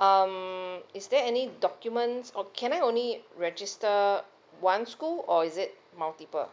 um is there any documents or can I only register one school or is it multiple